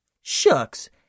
shucks